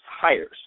hires